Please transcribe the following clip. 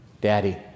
daddy